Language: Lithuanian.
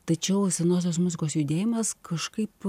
tačiau senosios muzikos judėjimas kažkaip